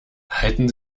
halten